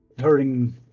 hurting